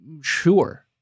Sure